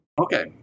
okay